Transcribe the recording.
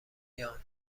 یان